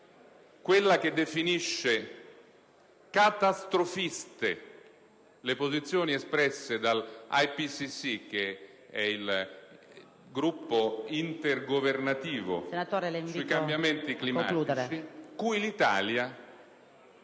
quella che definisce catastrofiste le posizioni espresse dall'IPCC, il Gruppo intergovernativo sui cambiamenti climatici, cui l'Italia